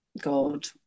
god